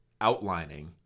outlining